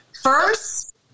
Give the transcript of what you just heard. First